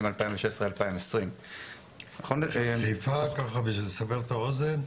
2016 2020. חיפה ככה בשביל לסבר את האוזן,